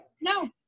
No